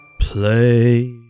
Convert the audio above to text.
Play